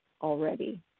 already